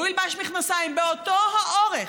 והוא ילבש מכנסיים באותו האורך,